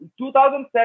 2007